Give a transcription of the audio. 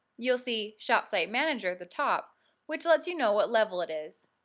you'll see shopsite manager at the top which lets you know what level it is.